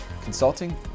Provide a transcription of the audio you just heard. consulting